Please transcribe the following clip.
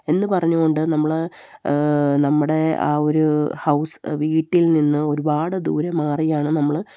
എന്ന് പറഞ്ഞുകൊണ്ട് നമ്മള് നമ്മുടെ ആ ഒരു ഹൗസ് വീട്ടിൽ നിന്ന് ഒരുപാട് ദൂരെ മാറിയാണ് നമ്മള്